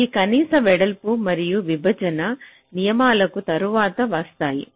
ఈ కనీస వెడల్పు మరియు విభజన నియమాలుకు తరువాత వస్తాము